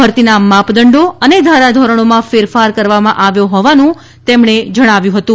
ભરતીના માપદંડો અને ધારાધીરણીમાં ફેરફાર કરવામાં આવ્યો હોવાનું પણ તેમણે ઉમેર્યું હતું